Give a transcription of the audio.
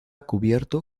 cubierto